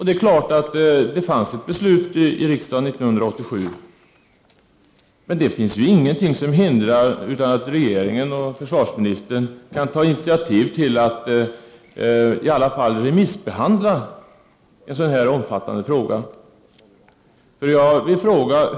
Det är klart att det fanns ett beslut i riksdagen 1987, men det är ingenting som hindrar att regeringen och försvarsministern kan ta initiativ till att i alla fall remissbehandla en så här omfattande fråga.